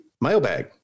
mailbag